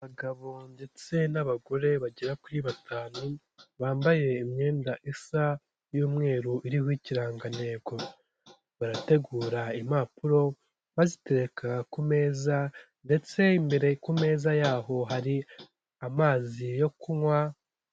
Abagabo ndetse n'abagore bagera kuri batanu bambaye imyenda isa y'umweru iriho ikirangantego, barategura impapuro bazitekareka ku meza ndetse imbere ku meza yaho hari amazi yo kunywa.